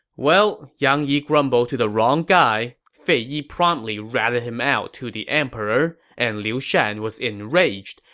well, yang yi grumbled to the wrong guy. fei yi promptly ratted him out to the emperor, and liu shan was enraged.